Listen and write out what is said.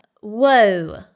whoa